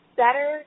better